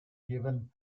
given